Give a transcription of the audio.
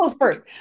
first